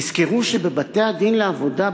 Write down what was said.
תזכרו שבבתי-הדין לעבודה,